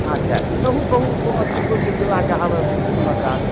अच्छा कहु कहु समस्तीपुरके जिलाके हालक समाचार